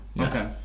Okay